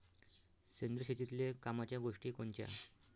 सेंद्रिय शेतीतले कामाच्या गोष्टी कोनच्या?